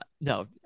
No